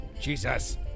Jesus